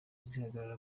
zihagarara